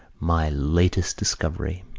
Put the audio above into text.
my latest discovery!